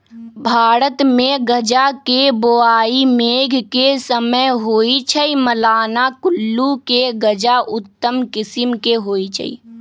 भारतमे गजा के बोआइ मेघ के समय होइ छइ, मलाना कुल्लू के गजा उत्तम किसिम के होइ छइ